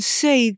say